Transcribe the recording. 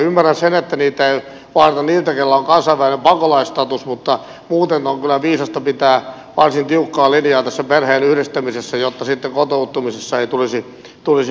ymmärrän sen että niitä ei vaadita heiltä joilla on kansainvälinen pakolaisstatus mutta muuten on kyllä viisasta pitää varsin tiukkaa linjaa tässä perheenyhdistämisessä jotta sitten kotoutumisessa ei tulisi hankaluuksia